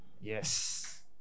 Yes